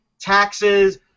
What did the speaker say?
taxes